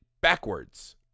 backwards